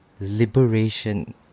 liberation